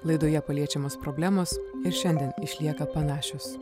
laidoje paliečiamos problemos ir šiandien išlieka panašios